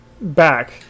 back